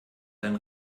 sein